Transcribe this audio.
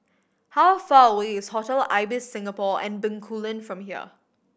how far away is Hotel Ibis Singapore On Bencoolen from here